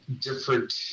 different